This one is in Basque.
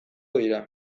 dira